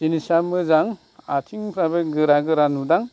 जिनिसया मोजां आथिं फ्राबो गोरा गोरा नुदां